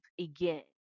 again